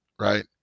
right